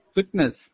Fitness